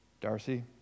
Darcy